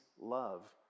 love